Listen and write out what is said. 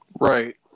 Right